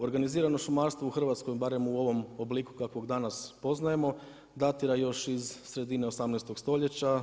Organizirano šumarstvo u Hrvatskoj barem u ovom obliku kakvog danas poznajemo datira još iz sredine 18 stoljeća.